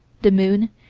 the moon,